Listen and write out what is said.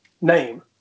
name